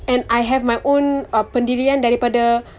and I have my own uh pendirian daripada